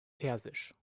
persisch